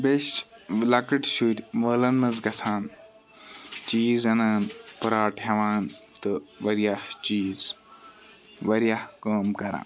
بیَیہِ چھِ لَکٕتۍ شُرۍ مٲلَن مَنٛز گَژھان چیٖز اَنان پوٚراٹ ہیٚوان تہٕ واریاہ چیٖز واریاہ کٲم کَران